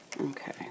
okay